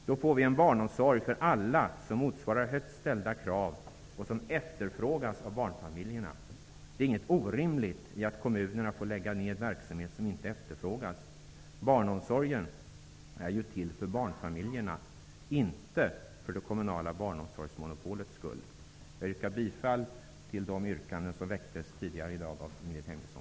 Vi får en barnomsorg för alla -- en barnomsorg som motsvarar högt ställda krav och som efterfrågas av barnfamiljerna. Det är inte orimligt att kommunerna får lägga ned verksamhet som inte efterfrågas. Barnomsorgen är till för barnfamiljerna och inte för det kommunala barnomsorgsmonopolet. Jag yrkar bifall till de yrkanden som väcktes tidigare i dag av Ingrid Hemmingsson.